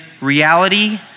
reality